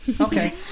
Okay